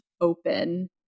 open